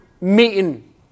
meeting